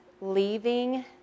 leaving